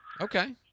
Okay